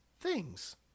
things